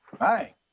hi